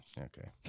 Okay